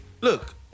look